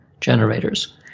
generators